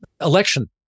election